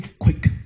quick